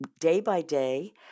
day-by-day